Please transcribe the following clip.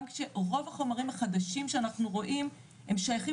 גם כשרוב החומרים החדשים שאנחנו רואים הם שייכים